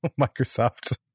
microsoft